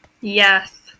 Yes